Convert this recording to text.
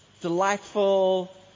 delightful